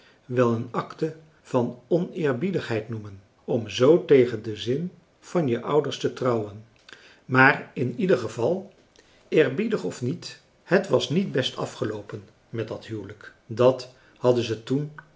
wel een acte van oneerbiedigheid noemen om zoo tegen den zin van je ouders te trouwen maar in ieder geval eerbiedig of niet het was niet best afgeloopen met dat huwelijk dat hadden ze toen